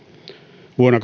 vuonna